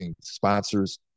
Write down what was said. sponsors